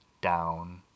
down